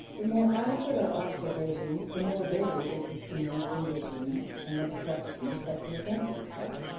the more adequate our observations, the more varied is the scene of conditions and obstructions that presents itself,